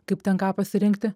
kaip ten ką pasirinkti